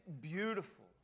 beautiful